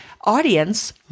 audience